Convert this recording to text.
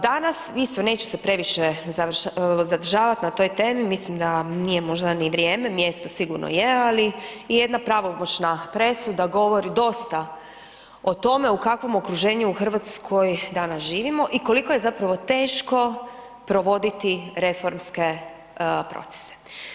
Danas, neću se previše zadržavati na toj temi, mislim da nije možda ni vrijeme, mjesto sigurno je, ali i jedna pravomoćna presuda govori dosta o tome u kakvom okruženju u Hrvatskoj danas živimo i koliko je zapravo teško provoditi reformske procese.